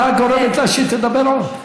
את רק גורמת לה שהיא תדבר עוד.